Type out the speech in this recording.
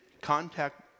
contact